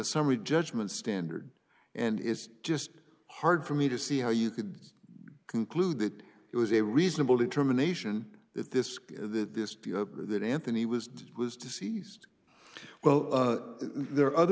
summary judgment standard and it's just hard for me to see how you could conclude that it was a reasonable determination that this this or that anthony was did was deceased well there are other